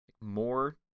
more